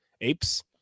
apes